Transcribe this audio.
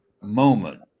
moment